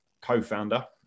co-founder